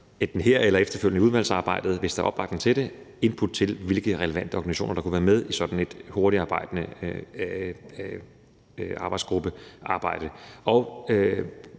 enten her eller i den efterfølgende udvalgsbehandling, hvis der er opbakning til det, have input til, hvilke relevante organisationer der kunne være med i sådan en hurtigtarbejdende arbejdsgruppe.